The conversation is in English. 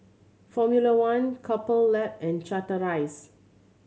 Formula One Couple Lab and Chateraise